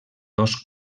dos